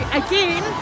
again